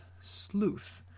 Sleuth